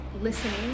listening